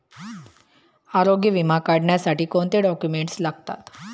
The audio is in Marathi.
आरोग्य विमा काढण्यासाठी कोणते डॉक्युमेंट्स लागतात?